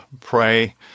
pray